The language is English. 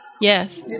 Yes